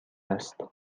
است